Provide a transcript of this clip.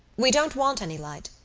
we don't want any light.